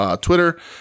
Twitter